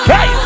Hey